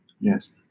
Yes